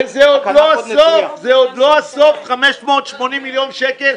וזה עוד לא הסוף 580 שקל.